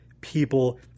people